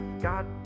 God